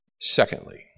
Secondly